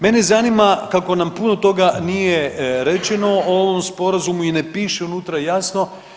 Mene zanima kako nam puno toga nije rečeno o ovom Sporazumu i ne piše unutra jasno.